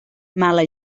mala